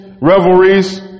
revelries